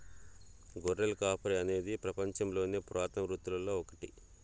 గొర్రెల కాపరి అనేది పపంచంలోని పురాతన వృత్తులలో ఒకటి